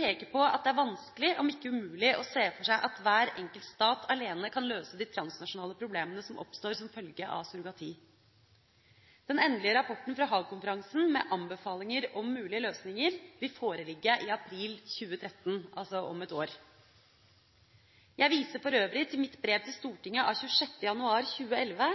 peker på at det er vanskelig, om ikke umulig, å se for seg at hver enkelt stat alene kan løse de transnasjonale problemene som oppstår som følge av surrogati. Den endelige rapporten fra Haag-konferansen, med anbefalinger om mulige løsninger, vil foreligge i april 2013, altså om ett år. Jeg viser for øvrig til det brevet som ble sendt fra departementet 26. januar 2011,